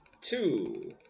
two